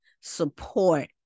support